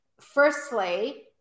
firstly